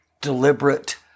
deliberate